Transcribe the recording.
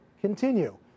continue